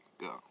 Go